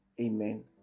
Amen